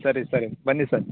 ಸರಿ ಸರಿ ಬನ್ನಿ ಸರ್